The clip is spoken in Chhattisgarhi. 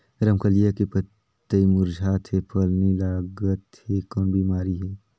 रमकलिया के पतई मुरझात हे फल नी लागत हे कौन बिमारी हे?